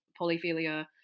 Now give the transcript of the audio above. polyphilia